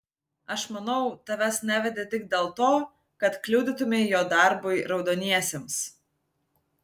aš manau tavęs nevedė tik dėl to kad kliudytumei jo darbui raudoniesiems